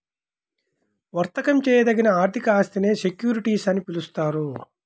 వర్తకం చేయదగిన ఆర్థిక ఆస్తినే సెక్యూరిటీస్ అని పిలుస్తారు